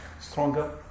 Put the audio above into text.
stronger